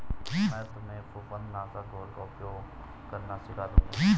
मैं तुम्हें फफूंद नाशक घोल का उपयोग करना सिखा दूंगा